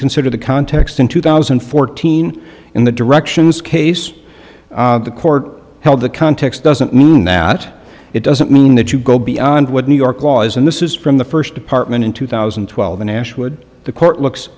consider the context in two thousand and fourteen in the directions case the court held the context doesn't mean that it doesn't mean that you go beyond what new york law is and this is from the first department in two thousand and twelve and ashwood the court looks